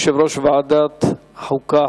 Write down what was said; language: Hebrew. יושב-ראש ועדת חוקה,